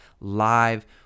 live